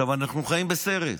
אנחנו חיים בסרט.